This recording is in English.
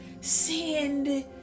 send